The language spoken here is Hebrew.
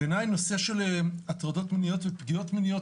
בעיניי הנושא של הטרדות מיניות ופגיעות מיניות